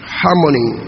harmony